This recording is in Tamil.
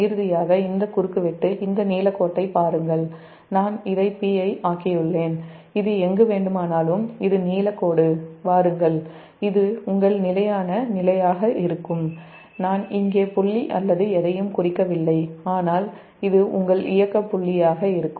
இறுதியாக இந்த குறுக்குவெட்டு இந்த நீலக்கோட்டைப் பாருங்கள் நான் அதை Pi ஆக்கியுள்ளேன் இது எங்கு வேண்டுமானாலும் இது நீல கோடு வாருங்கள் இது உங்கள் நிலையான நிலையாக இருக்கும் நான் இங்கே புள்ளி அல்லது எதையும் குறிக்கவில்லை ஆனால் இது உங்கள் இயக்க புள்ளியாக இருக்கும்